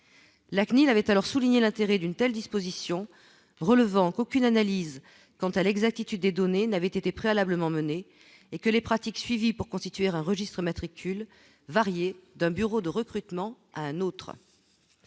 la CNIL avait alors souligné l'intérêt d'une telle disposition relevant qu'aucune analyse quant à l'exactitude des données n'avait été préalablement mené et que les pratiques suivies pour constituer un registre matricule varier d'un bureau de recrutement à un autre